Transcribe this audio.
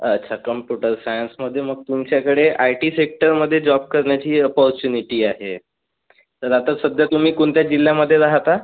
अच्छा कॉम्प्युटर सायन्समध्ये मग तुमच्याकडे आय टी सेक्टरमध्ये जॉब करण्याची अपॉर्च्युनिटी आहे तर आता सध्या तुम्ही कोणत्या जिल्ह्यामध्ये राहता